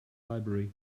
library